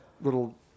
little